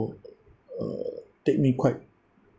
uh take me quite